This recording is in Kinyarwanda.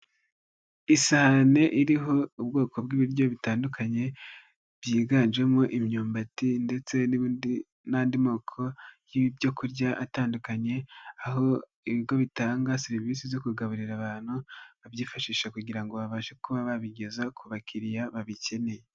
Isahane iriho ubwoko bw'ibiryo bitandukanye, byiganjemo imyumbati ndetse n'andi moko y'ibyo kurya atandukanye, aho ibigo bitanga serivisi zo kugaburira abantu, babyifashisha kugira ngo babashe kuba babigeza ku bakiriya babikeneye.